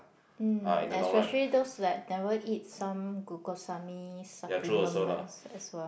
mm especially those like never eat some glucosamine supplements as well